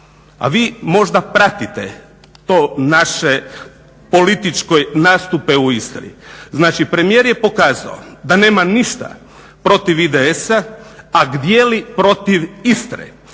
a vi možda pratite to naše političke nastupe u Istri. Znači premijer je pokazao da nema ništa protiv IDS-a a gdje li protiv Istre